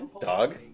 Dog